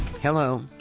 Hello